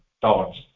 thoughts